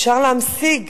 אפשר להמשיג